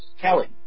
Kelly